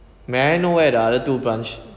may I know where are the other two branch